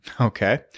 Okay